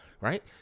right